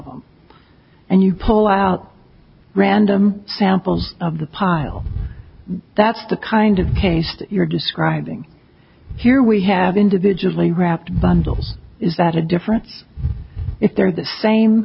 them and you pull out random samples of the pile that's the kind of case you're describing here we have individually wrapped bundles is that a differen